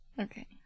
Okay